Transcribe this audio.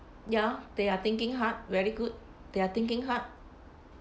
ya they are thinking hard very good they are thinking hard